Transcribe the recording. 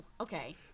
Okay